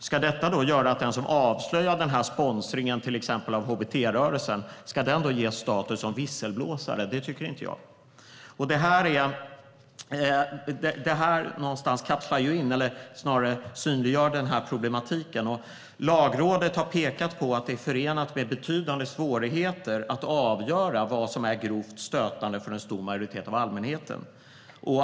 Ska detta göra att den som avslöjar till exempel sponsringen av hbt-rörelsen ska ges status som visselblåsare? Det tycker inte jag. Detta synliggör problematiken. Lagrådet har pekat på att det är förenat med betydande svårigheter att avgöra vad som är grovt stötande för en stor majoritet av allmänheten.